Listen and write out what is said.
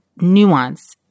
nuance